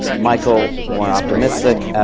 michael, more optimistic.